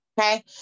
okay